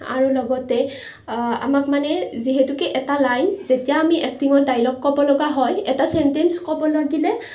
আৰু লগতে আমাক মানে যিহেতুকে এটা লাইন যেতিয়া আমি এক্টিঙত ডাইলগ ক'ব লগা হয় এটা ছেনটেঞ্চ ক'ব লাগিলে